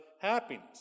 happiness